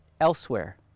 elsewhere